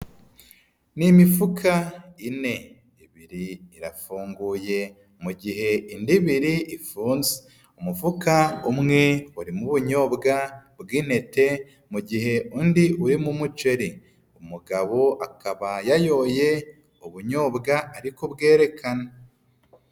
Ni imifuka ine, ibiri irafunguye, mu gihe indi ibiri ifunze, umufuka umwe urimo ubunyobwa bw'inete mugihe undi urimo umuceri, umugabo akaba yayoye ubunyobwa ari kubwerekana.